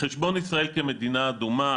חשבון ישראל כמדינה אדומה.